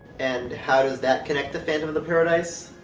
and how does that connect to phantom of the paradise?